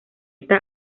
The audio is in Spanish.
está